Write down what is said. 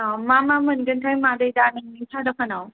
औ मा मा मोनगोनथाय मादै दा नोंनि सा दखानआव